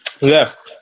left